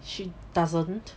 she doesn't